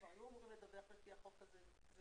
כבר לא אמורים לדווח על פי החוק הזה.